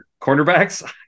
Cornerbacks